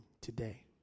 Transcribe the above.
today